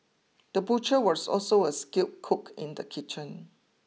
the butcher was also a skilled cook in the kitchen